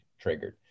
triggered